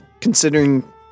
considering